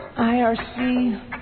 IRC